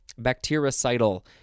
bactericidal